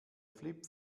flip